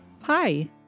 Hi